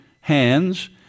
hands